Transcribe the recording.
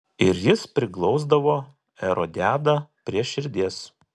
ir jis priglausdavo erodiadą prie širdies